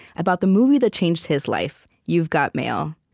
about the movie that changed his life you've got mail.